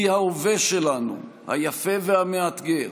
היא ההווה שלנו, היפה והמאתגר,